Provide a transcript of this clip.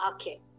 Okay